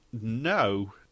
no